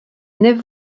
nef